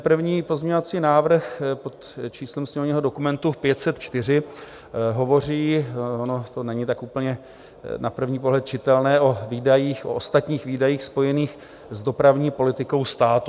První pozměňovací návrh pod číslem sněmovního dokumentu 504 hovoří ono to není tak úplně na první pohled čitelné o výdajích, o ostatních výdajích spojených s dopravní politikou státu.